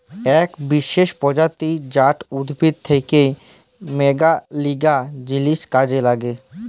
আক বিসেস প্রজাতি জাট উদ্ভিদ থাক্যে মেলাগিলা জিনিস কাজে লাগে